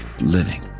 living